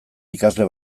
ikasle